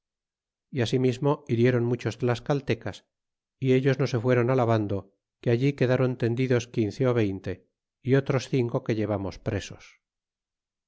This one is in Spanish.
y asimismo hirieron muchos tlascaltecas y ellos no se fueron alabando que allí quedaron tendidos quince ó veinte y otros cinco que llevamos presos